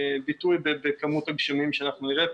ביטוי בכמות הגשמים שאנחנו נראה פה,